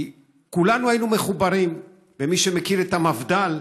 כי כולנו היינו מחוברים, ומי שמכיר את המפד"ל